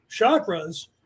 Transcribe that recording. chakras